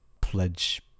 pledge